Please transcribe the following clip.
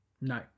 No